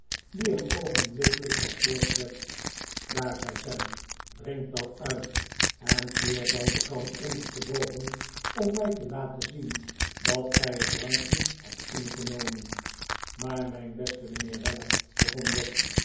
die hem oogenblikkelijk werd voorgezet daar zei sam drink dat uit en keer dan de kan onderste boven om mij te laten zien dat gij het drankje hebt ingenomen maar mijn beste mijnheer weller begon job